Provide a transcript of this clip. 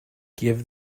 give